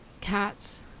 cats